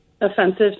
offensive